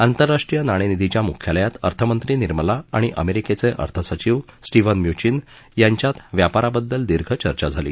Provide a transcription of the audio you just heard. आंतरराष्ट्रीय नाणेनिधीच्या मुख्यालयात अर्थमंत्री निर्मला आणि अमेरिकेचे अर्थसचिव स्टीव्हन म्यूचिन यांच्यात व्यापाराबद्दल दीर्घ चर्चा झाली